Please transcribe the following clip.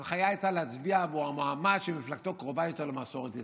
ההנחיה הייתה להצביע עבור המועמד שמפלגתו קרובה יותר למסורת ישראל.